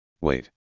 Wait